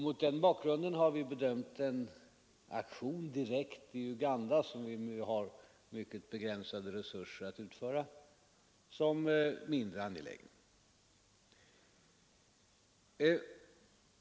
Mot den bakgrunden har vi bedömt en aktion direkt i Uganda, som vi har mycket begränsade resurser att utföra, som mindre angelägen.